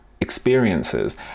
experiences